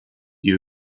die